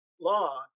law